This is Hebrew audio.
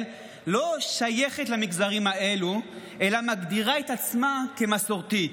לא שייכת למגזרים האלה אלא מגדירה את עצמה כמסורתית.